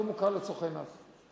לא מוכר לצורכי מס.